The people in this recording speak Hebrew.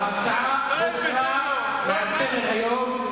ההצעה הוסרה מעל סדר-היום.